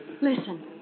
Listen